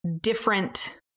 different